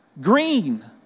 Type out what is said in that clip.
Green